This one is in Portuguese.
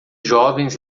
jovens